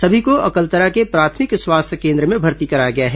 सभी को अकलतरा के प्राथमिक स्वास्थ्य केन्द्र में भर्ती कराया गया है